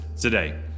today